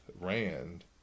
Rand